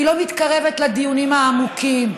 היא לא מתקרבת לדיונים העמוקים,